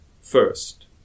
first